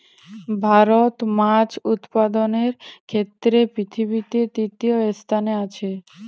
ভারত মাছ উৎপাদনের ক্ষেত্রে পৃথিবীতে তৃতীয় স্থানে আছে